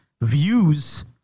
views